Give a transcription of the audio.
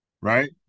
Right